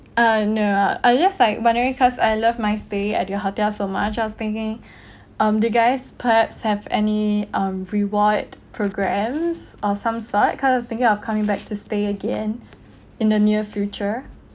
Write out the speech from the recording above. uh no uh I just like wondering cause I love my stay at your hotel so much I was thinking um do guys perhaps have any um reward programs or some sort cause I thinking of coming back to stay again in the near future